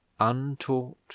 untaught